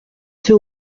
two